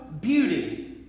beauty